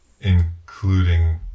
including